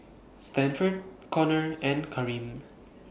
Stanford Conor and Kareem